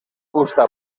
fusta